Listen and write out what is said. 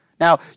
Now